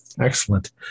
Excellent